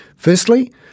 Firstly